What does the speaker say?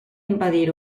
impedir